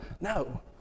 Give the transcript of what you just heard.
No